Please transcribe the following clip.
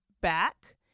back